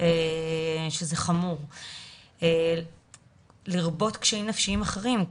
וזה חמור - לרבות קשיים נפשיים אחרים,